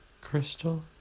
Crystal